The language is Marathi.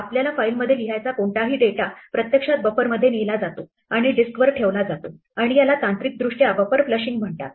आपल्याला फाईलमध्ये लिहायचा कोणताही डेटा प्रत्यक्षात बफरमध्ये नेला जातो आणि डिस्कवर ठेवला जातो आणि याला तांत्रिकदृष्ट्या बफर फ्लशिंग म्हणतात